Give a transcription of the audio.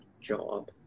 job